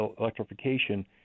electrification